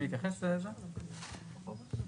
אני אענה: